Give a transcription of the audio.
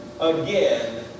again